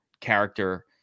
character